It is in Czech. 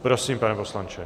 Prosím, pane poslanče.